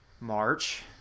March